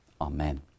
Amen